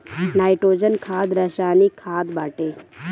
nitrogen खाद रासायनिक खाद बाटे